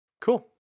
Cool